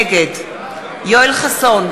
נגד יואל חסון,